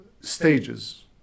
stages